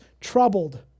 troubled